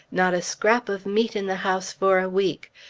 not a scrap of meat in the house for a week.